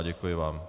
Děkuji vám.